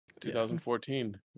2014